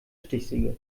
stichsäge